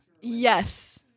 Yes